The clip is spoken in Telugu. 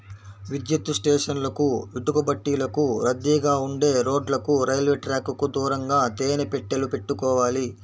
విద్యుత్ స్టేషన్లకు, ఇటుకబట్టీలకు, రద్దీగా ఉండే రోడ్లకు, రైల్వే ట్రాకుకు దూరంగా తేనె పెట్టెలు పెట్టుకోవాలి